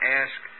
ask